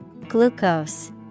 Glucose